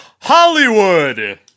Hollywood